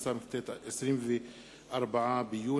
ברשות יושב-ראש הישיבה,